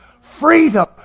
Freedom